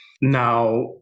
Now